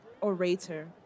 orator